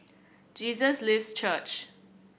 Jesus Lives Church